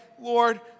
Lord